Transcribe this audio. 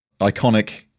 iconic